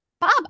Bob